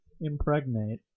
impregnate